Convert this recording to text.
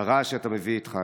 לרעש שאתה מביא איתך,